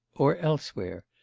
or elsewhere.